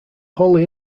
holy